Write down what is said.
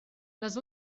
les